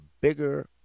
bigger